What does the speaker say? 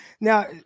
now